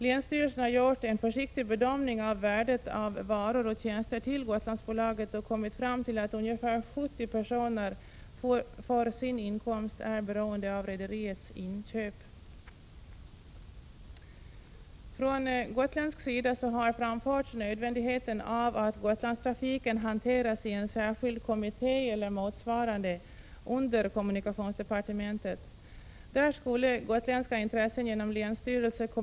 Länsstyrelsen har gjort en försiktig bedömning av värdet av varor och tjänster till Gotlandsbolaget och har kommit fram till att ca 70 personer för sin inkomst är beroende av rederiets inköp. Från gotländsk sida har framförts nödvändigheten av att Gotlandstrafiken hanteras i en särskild kommitté eller motsvarande under kommunikations departementet. Där skulle gotländska intressen genom länsstyrelse, kom Prot.